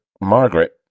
Margaret